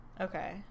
Okay